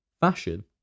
Fashion